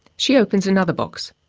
she opens another box.